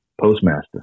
Postmaster